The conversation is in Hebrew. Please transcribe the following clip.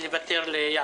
אז אני לא רואה פה